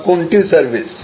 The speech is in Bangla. বা কোনটা সার্ভিস